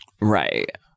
Right